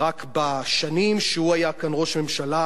רק שבשנים שהוא היה כאן ראש ממשלה